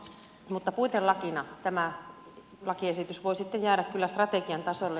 mutta puitelakina tämä lakiesitys voi sitten jäädä kyllä strategian tasolle